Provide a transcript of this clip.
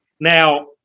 Now